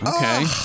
Okay